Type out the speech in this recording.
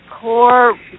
core